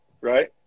right